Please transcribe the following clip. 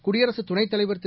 குடியரசு துணைத் தலைவர் திரு